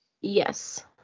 Yes